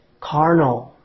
carnal